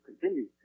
continues